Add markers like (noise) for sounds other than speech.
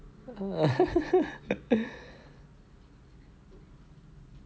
(laughs)